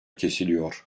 kesiliyor